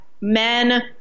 men